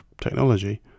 technology